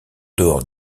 dehors